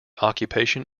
occupation